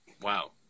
Wow